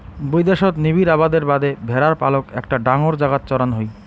বৈদ্যাশত নিবিড় আবাদের বাদে ভ্যাড়ার পালক একটা ডাঙর জাগাত চড়ান হই